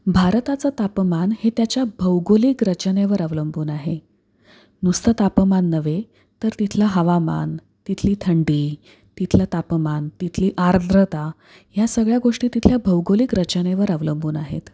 भारताचं तापमान हे त्याच्या भौगोलिक रचनेवर अवलंबून आहे नुसतं तापमान नव्हे तर तिथला हवामान तिथली थंडी तिथलं तापमान तिथली आर्द्रता ह्या सगळ्या गोष्टी तिथल्या भौगोलिक रचनेवर अवलंबून आहेत